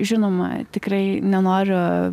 žinoma tikrai nenoriu